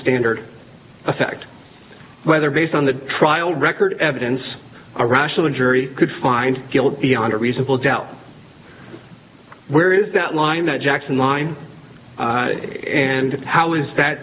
standard affect whether based on the trial record evidence or rational the jury could find guilt beyond a reasonable doubt where is that line that jackson line and how is that